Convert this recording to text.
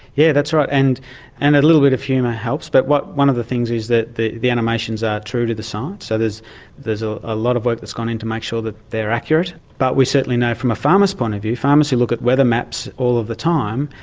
yeah that's right, and and a little bit of humour helps, but one of the things is that the the animations are true to the science. so there's there's ah a lot of work that's gone in to make sure that they're accurate, but we certainly know from a farmer's point of view, farmers who look at weather maps all of the time,